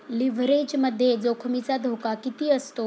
लिव्हरेजमध्ये जोखमीचा धोका किती असतो?